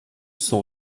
sont